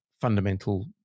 fundamental